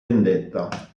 vendetta